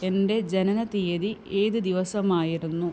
എന്റെ ജനനത്തീയതി ഏത് ദിവസമായിരുന്നു